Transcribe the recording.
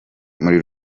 muri